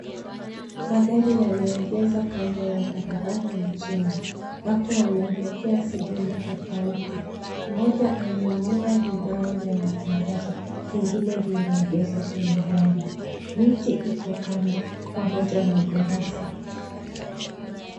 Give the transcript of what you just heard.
Magari yamegezwa kando ya barabara mjini. Watu wanaelekea sehemu tofauti. Mmoja ameinua vibao vya matangazo. Vingine vimeekezwa kwenye gari. Miti iko kando pamoja na ghorofa.